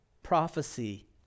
prophecy